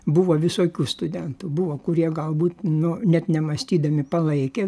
buvo visokių studentų buvo kurie galbūt nu net nemąstydami palaikė